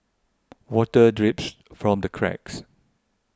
water drips from the cracks